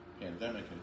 pandemic